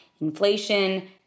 inflation